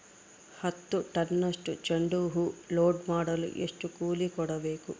ಹತ್ತು ಟನ್ನಷ್ಟು ಚೆಂಡುಹೂ ಲೋಡ್ ಮಾಡಲು ಎಷ್ಟು ಕೂಲಿ ಕೊಡಬೇಕು?